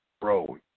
bro